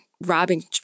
robbing